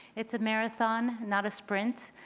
it's a marathon not a sprint.